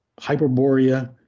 Hyperborea